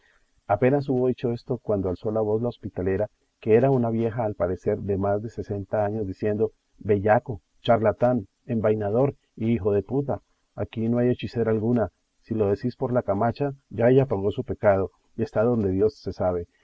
apenas hubo dicho esto cuando alzó la voz la hospitalera que era una vieja al parecer de más de sesenta años diciendo bellaco charlatán embaidor y hijo de puta aquí no hay hechicera alguna si lo decís por la camacha ya ella pagó su pecado y está donde dios se sabe